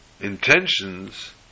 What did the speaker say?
intentions